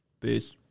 Peace